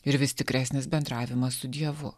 ir vis tikresnis bendravimas su dievu